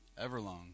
Everlong